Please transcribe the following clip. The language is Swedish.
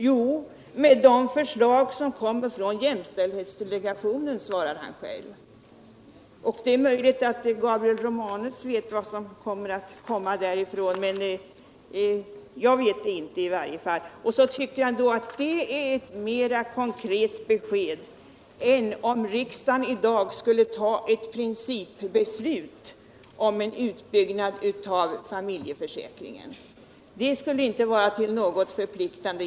Jo, med de förslag som kommer från jämställdhetsdelegationen, svarar han själv. Det är möjligt att Gabriel Romanus vet vad som skall komma därifrån, men jag vet det inte. Han tycker alt det är ett mer konkret besked än om riksdagen i dag skulle fatta ett principbeslut om en utbyggnad av föräldraförsäkringen. Det skulle inte vara till något förpliktande.